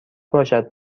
باشد